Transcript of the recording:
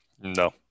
No